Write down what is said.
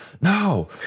no